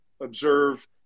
Observe